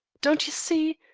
don't you see,